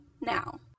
now